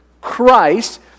Christ